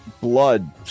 blood